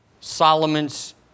Solomon's